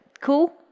Cool